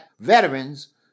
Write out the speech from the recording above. veterans